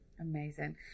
amazing